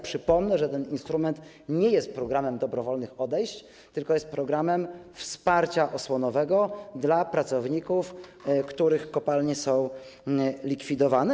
Przypomnę, że ten instrument nie jest programem dobrowolnych odejść, tylko programem wsparcia osłonowego dla pracowników, których kopalnie są likwidowane.